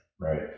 right